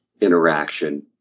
interaction